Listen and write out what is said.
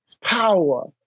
power